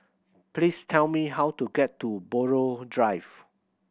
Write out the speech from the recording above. please tell me how to get to Buroh Drive